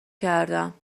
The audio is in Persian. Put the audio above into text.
کردم